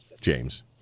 James